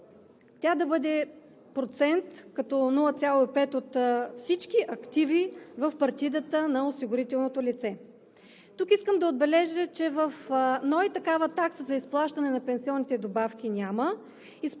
ВИОЛЕТА ЖЕЛЕВА: ...0,5% от всички активи в партидата на осигуреното лице. Тук искам да отбележа, че в НОИ такава такса за изплащане на пенсионните добавки няма.